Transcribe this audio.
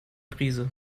brise